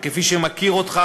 וכמי שמכיר אותך,